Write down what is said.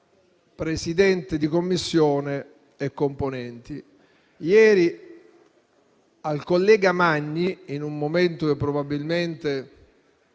Presidente di Commissione e componenti. Ieri al collega Magni, in un momento che probabilmente